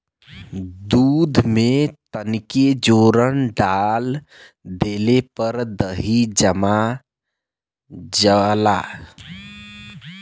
दूध में तनके जोरन डाल देले पर दही जम जाला